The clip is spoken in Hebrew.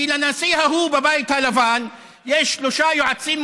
כי לנשיא ההוא בבית הלבן יש שלושה יועצים,